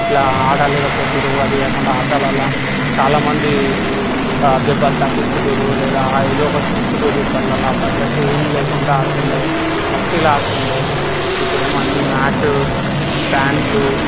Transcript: ఇట్లా ఆడలేకపోతున్నారు అదీ కాకుండా ఆటలల్లో చాలా మందీ దెబ్బలు తాకిచ్చుకుంటారు లేదా ఏదో ఒకటి చేసుకుంటారు ఇప్పట్లో అప్పట్లో అయితే ఏం లేకుండా ఆడుతుండే మట్టిలో ఆడుతుండే ఇప్పుడేమో అన్నీ మ్యాటు స్టాండ్లు